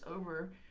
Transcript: over